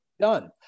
done